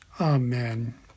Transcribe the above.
Amen